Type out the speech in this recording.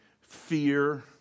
fear